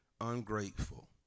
ungrateful